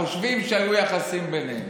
חושבים שהיו יחסים ביניהם.